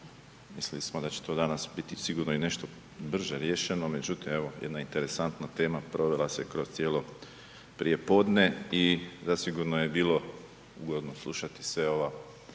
smo da će to danas biti sigurno i nešto brže riješeno, međutim, evo jedna interesantna tema provela se kroz cijelo prijepodne i zasigurno je bilo ugodno slušati sve